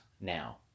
now